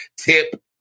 Tip